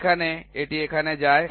এখান থেকে এটি এখানে যায়